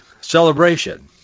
celebration